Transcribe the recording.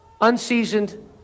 unseasoned